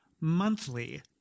monthly